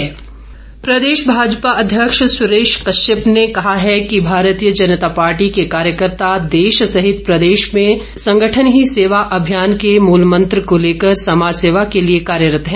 सुरेश कश्यप प्रदेश भाजपा अध्यक्ष सुरेश कश्यप ने कहा है कि भारतीय जनता पार्टी के कार्यकर्ता देश सहित प्रदेश में संगठन ही सेवा अभियान के मूल मंत्र को लेकर समाज सेवा के लिए कार्यरत हैं